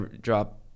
drop